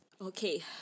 Okay